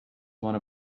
wanna